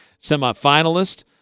semifinalist